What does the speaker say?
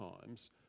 times